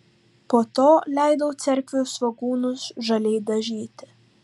po to leidau cerkvių svogūnus žaliai dažyti